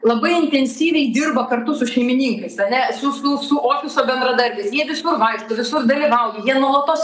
labai intensyviai dirba kartu su šeimininkais ane su su su ofiso bendradarbiais jie visur vaikšto visur dalyvauja jie nuolatos